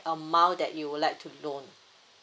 amount that you would like to loan